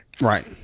Right